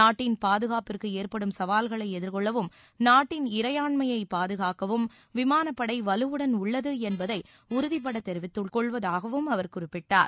நாட்டின் பாதுகாப்பிற்கு ஏற்படும் சவால்களை எதிர்கொள்ளவும் நாட்டின் இறையாண்மையை பாதுகாக்கவும் விமானப்படை வலுவுடன் உள்ளது என்பதை உறுதிபடத் தெரிவித்துக்கொள்வதாகவும் அவர் குறிப்பிட்டார்